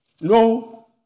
No